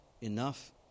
Enough